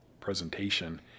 presentation